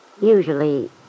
Usually